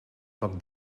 poc